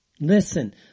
listen